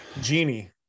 Genie